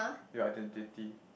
your identity